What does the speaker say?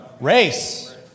race